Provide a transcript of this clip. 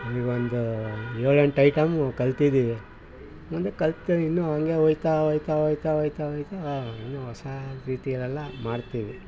ಈಗೊಂದು ಏಳು ಎಂಟು ಐಟಮ್ ಕಲ್ತಿದ್ದೀವಿ ಮುಂದೆ ಇನ್ನು ಹಂಗೆ ಹೋಯ್ತಾ ಹೋಯ್ತಾ ಹೋಯ್ತ ಹೋಯ್ತ ಹೋಯ್ತ ಇನ್ನು ಹೊಸ ರೀತಿಯಲ್ಲೆಲ್ಲ ಮಾಡ್ತೀವಿ